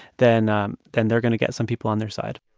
then um then they're going to get some people on their side